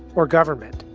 or government.